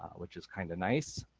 which is kind of nice.